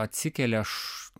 atsikeli aš